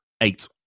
Eight